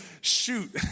Shoot